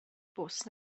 bws